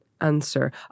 answer